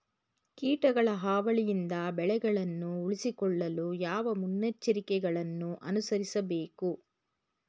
ಕೀಟಗಳ ಹಾವಳಿಯಿಂದ ಬೆಳೆಗಳನ್ನು ಉಳಿಸಿಕೊಳ್ಳಲು ಯಾವ ಮುನ್ನೆಚ್ಚರಿಕೆಗಳನ್ನು ಅನುಸರಿಸಬೇಕು?